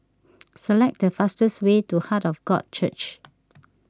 select the fastest way to Heart of God Church